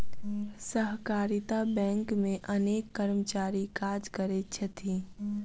सहकारिता बैंक मे अनेक कर्मचारी काज करैत छथि